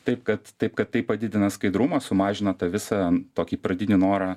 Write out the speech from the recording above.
taip kad taip kad tai padidina skaidrumą sumažina tą visą tokį pradinį norą